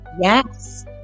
yes